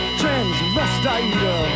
transvestite